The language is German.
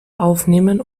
aufnehmen